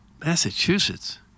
Massachusetts